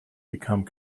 become